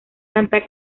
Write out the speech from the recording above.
santa